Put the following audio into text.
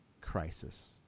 crisis